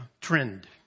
Trend